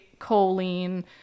choline